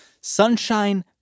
Sunshine